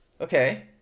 okay